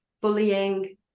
bullying